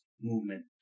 movement